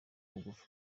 bugufi